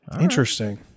Interesting